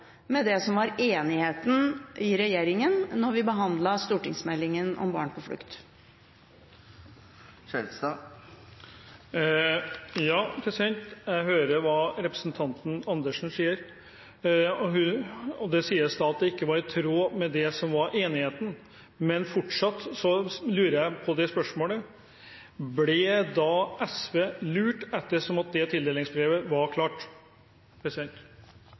med det det var enighet om i regjeringen da vi behandlet stortingsmeldingen Barn på flukt. Jeg hører hva representanten Andersen sier. Hun sier at det ikke var i tråd med det som det var enighet om. Men fortsatt lurer jeg på: Ble SV lurt, ettersom det tildelingsbrevet var klart?